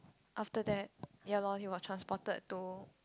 after that ya lor we were transport to